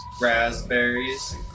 raspberries